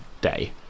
day